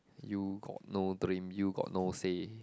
you got no dream you got no say